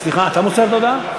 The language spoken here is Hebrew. סליחה, אתה מוסר את ההודעה?